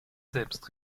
selbst